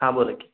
हां बोला की